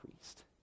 priest